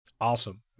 Awesome